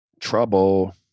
Trouble